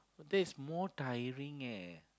but that is more tiring eh